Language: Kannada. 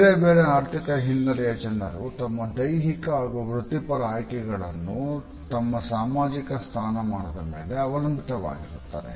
ಬೇರೆ ಬೇರೆ ಆರ್ಥಿಕ ಹಿನ್ನಲೆಯ ಜನರು ತಮ್ಮ ದೈಹಿಕ ಹಾಗು ವೃತ್ತಿಪರ ಆಯ್ಕೆಗಳನ್ನು ತಮ್ಮ ಸಾಮಾಜಿಕ ಸ್ಥಾನಮಾನದ ಮೇಲೆ ಅವಲಂಬಿತವಾಗಿರುತ್ತದೆ